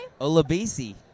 Olabisi